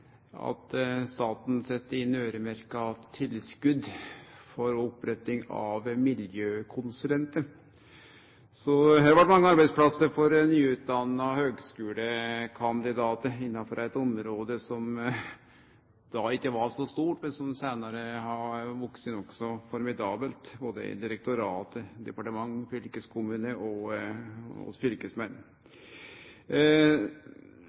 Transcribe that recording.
at staten sette inn øyremerkte tilskot for oppretting av miljøkonsulentar. Så her blei det mange arbeidsplassar for nyutdanna høgskulekandidatar innanfor eit område som då ikkje var så stort, men som seinare har vakse nokså formidabelt – både i direktorat, departement og fylkeskommune, og hos fylkesmenn.